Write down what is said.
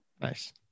Nice